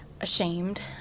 ashamed